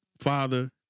father